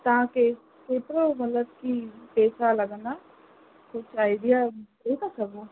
तव्हांखे केतिरो मतलबु की पैसा लॻंदा कुझु आइडिया ॾेई था सघो